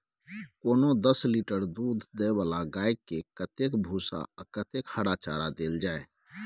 कोनो दस लीटर दूध दै वाला गाय के कतेक भूसा आ कतेक हरा चारा देल जाय?